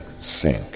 sink